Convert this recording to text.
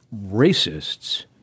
racists